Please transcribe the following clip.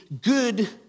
good